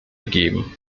geben